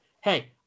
Hey